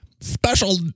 special